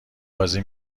بازی